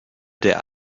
der